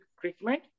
treatment